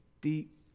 deep